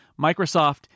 Microsoft